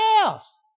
else